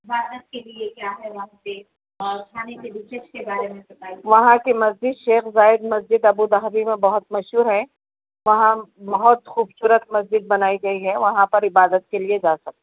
بھارت کے لیے کیا ہے وہاں پہ اور کھانے کے ڈشیز کے بارے میں بتائیے وہاں کی مسجد شیخ زائد مسجد ابوظہبی میں بہت مشہور ہے وہاں بہت خوبصورت مسجد بنائی گئی ہے وہاں پر عبادت کے لیے جا سک